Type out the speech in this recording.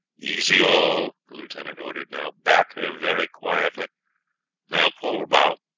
easy all, the lieutenant ordered now back her very quietly now pull bow.